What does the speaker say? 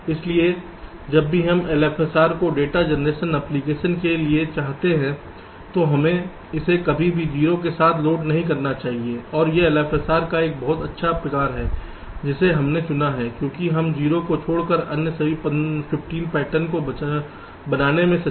इसलिए जब भी हम LFSR को डेटा जनरेशन एप्लिकेशन के लिए चाहते हैं तो हमें इसे कभी भी 0 के साथ लोड नहीं करना चाहिए और यह LFSR का एक बहुत अच्छा प्रकार है जिसे हमने चुना है क्योंकि हम 0 को छोड़कर अन्य सभी 15 पैटर्न को बनाने में सक्षम हैं